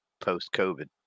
post-COVID